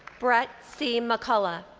brett c. mccullough.